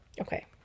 Okay